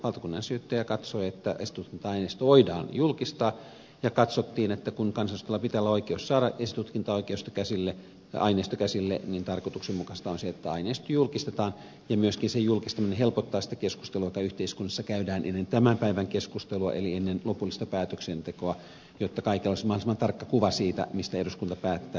valtakunnansyyttäjä katsoi että istuntoaineisto voidaan julkistaa ja katsottiin että kun kansanedustajalla pitää olla oikeus saada esitutkinta aineisto käsille niin tarkoituksenmukaista on se että aineisto julkistetaan ja myöskin sen julkistaminen helpottaa sitä keskustelua joka yhteiskunnassa käydään ennen tämän päivän keskustelua eli ennen lopullista päätöksentekoa jotta kaikilla olisi mahdollisimman tarkka kuva siitä mistä eduskunta päättää